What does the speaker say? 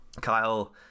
Kyle